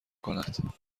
کند